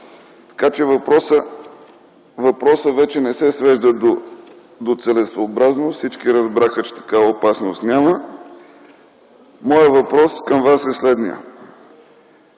Сега въпросът вече не се свежда до целесъобразност. Всички разбраха, че такава опасност няма. Моят въпрос към Вас е следният: